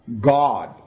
God